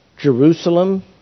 Jerusalem